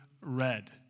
red